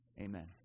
Amen